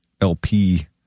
LP